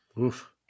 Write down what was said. Oof